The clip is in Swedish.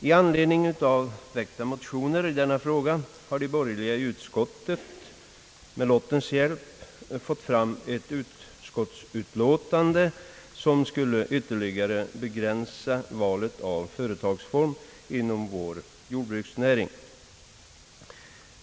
I anledning av väckta motioner i denna fråga har de borgerliga i utskottet med lottens hjälp fått fram ett utskottsutlåtande, som skulle ytterligare begränsa valet av företagsform inom vår jordbruksnäring.